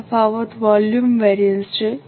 આ તફાવત volume variance છે